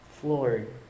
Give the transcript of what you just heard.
floored